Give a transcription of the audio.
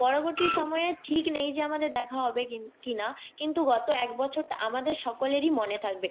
পরবর্তী সময়ে ঠিক নেই যে আমাদের দেখা হবে কি কিনা কিন্তু গত এক বছরটা আমাদের সকলেরই মনে থাকবে